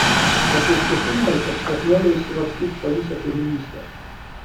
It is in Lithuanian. ar tu iš tiesų nori kad šrapneliai išsilakstytų po visą kaimynystę